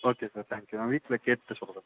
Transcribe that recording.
okay sir thank you நான் வீட்டில் கேட்டுவிட்டு சொல்றேன்